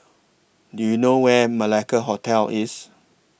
Do YOU know Where Malacca Hotel IS